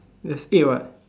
there's eight what